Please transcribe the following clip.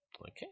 Okay